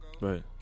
Right